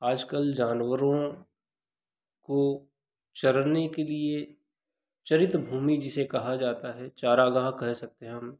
आजकल जानवरों को चरने के लिए चरित भूमि जिसे कहा जाता है चारागाह कह सकते हैं हम